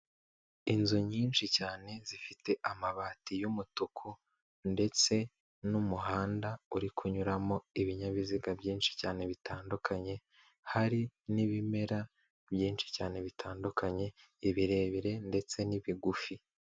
Inzu nyinshi cyane zifite amabati y'umutuku ndetse n'umuhanda uri kunyuramo ibinyabiziga byinshi cyane bitandukanye, hari n'ibimera byinshi cyane bitandukanye ibirebire ndetse n'ibigufi.